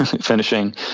finishing